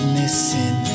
missing